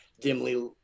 dimly